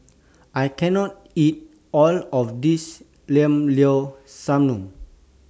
I can't eat All of This Llao Llao Sanum